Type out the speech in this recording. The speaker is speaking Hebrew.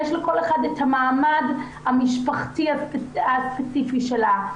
יש לכל אחת את המעמד המשפחתי הספציפי שלה.